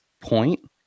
point